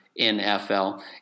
NFL